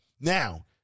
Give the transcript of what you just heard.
Now